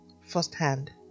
firsthand